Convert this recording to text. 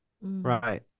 Right